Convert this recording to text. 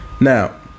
Now